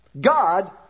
God